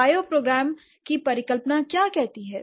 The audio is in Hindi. बायोप्रोग्राम की परिकल्पना क्या कहती है